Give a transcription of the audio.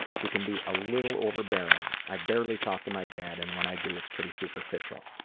she can be a little overbearing. i barely talk to my dad, and when i do, it's pretty superficial.